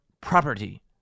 property